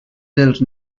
dels